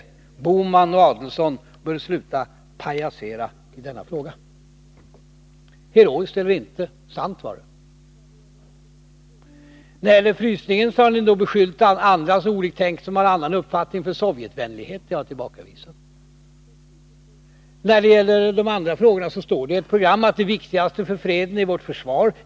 Gösta Bohman och Ulf Adelsohn bör sluta ”pajasera” i denna fråga! Heroiskt eller inte, sant var det. När det gäller frysningen har ni beskyllt alla som har en annan uppfattning för Sovjetvänlighet. Jag tillbakavisar detta. När det gäller de andra frågorna står det i ert program att det viktigaste för freden är vårt försvar.